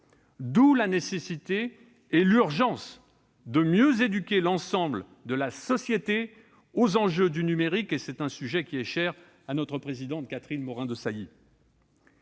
d'où la nécessité et l'urgence de mieux éduquer l'ensemble de la société aux enjeux du numérique- sujet cher à notre présidente Catherine Morin-Desailly.